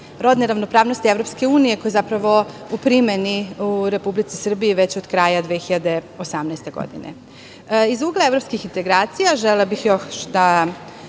rodne ravnopravnosti EU koja je zapravo u primeni u Republici Srbiji već od kraja 2018. godine. Iz ugla evropskih integracija želela bih još da